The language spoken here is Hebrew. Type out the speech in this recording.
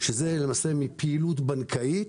שזה למעשה מפעילות בנקאית.